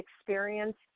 experience